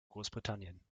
großbritannien